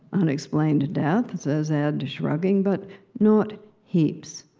unexplained death says ed, shrugging, but not heaps.